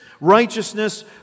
righteousness